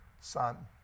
son